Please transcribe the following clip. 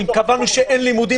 אם קבענו שאין לימודים,